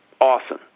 awesome